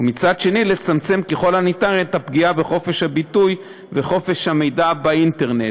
ומצד שני לצמצם ככל הניתן את הפגיעה בחופש הביטוי וחופש המידע באינטרנט.